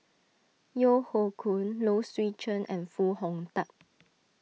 Yeo Hoe Koon Low Swee Chen and Foo Hong Tatt